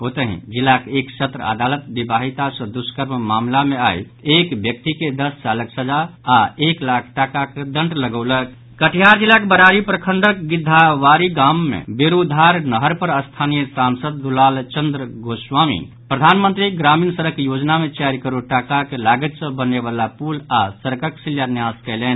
ओतहि जिलाक एक सत्र अदालत विवाहिता सँ दुष्कर्म मामिला मे आई एक व्यक्ति के दस सालक सजा आओर एक लाख टाकाक दंड लगौलक कटिहार जिलाक बरारी प्रखंडक गिद्दावारी गाम मे बोरोधार नहर पर स्थानीय सांसद दुलालचन्द्र गोस्वामी प्रधानमंत्री ग्रामीण सड़क योजना मे चारि करोड़ टाकाक लागति सँ बनय वला पुल आओर सड़कक शिलान्यास कयलनि